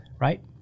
right